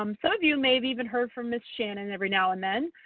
um some of you maybe even heard from miss shannon every now and then.